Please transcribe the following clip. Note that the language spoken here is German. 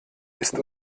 ist